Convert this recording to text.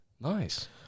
Nice